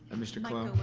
mr. colon? and where